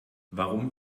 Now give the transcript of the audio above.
warum